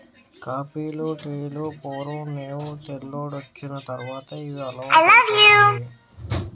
కాపీలు టీలు పూర్వం నేవు తెల్లోడొచ్చిన తర్వాతే ఇవి అలవాటైపోనాయి